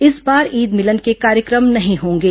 इस बार ईद मिलन के कार्यक्रम नहीं होंगे